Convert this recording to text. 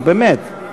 נו, באמת.